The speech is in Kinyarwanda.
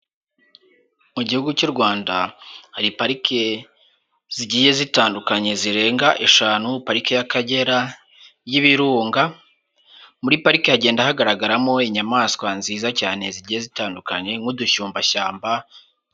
Mu gihugu cy'u Rwanda hari parike zigiye zitandukanye zirenga eshanu, pariki y'akagera, y'ibirunga, muri pariki hagenda hagaragaramo inyamaswa nziza cyane zigiye zitandukanye nk'udushyumbashyamba.